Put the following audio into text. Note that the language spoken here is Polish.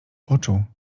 oczu